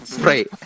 Right